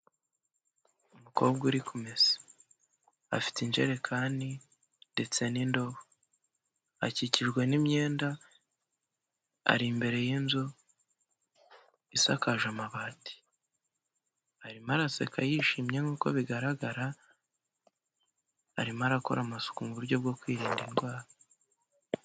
Umukobwa uri kumesa, afite injerekani ndetse n'indobo, akikijwe n'imyenda ari imbere y'inzu isakaje amabati, arimo araseka yishimye nk'uko bigaragara, arimo arakora amasuku mu buryo bwo kwirinda indwara.